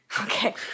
Okay